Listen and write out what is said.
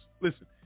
listen